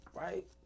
right